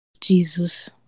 Jesus